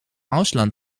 ausland